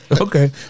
okay